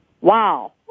wow